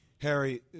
Harry